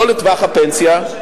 לא לטווח הפנסיה,